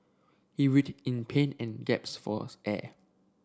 he writhed in pain and falls air